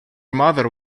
mother